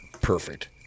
Perfect